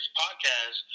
podcast